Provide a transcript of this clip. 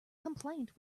compliant